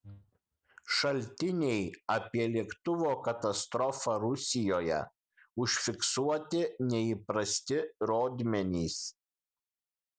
šaltiniai apie lėktuvo katastrofą rusijoje užfiksuoti neįprasti rodmenys